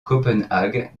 copenhague